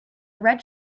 red